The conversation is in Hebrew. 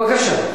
בבקשה.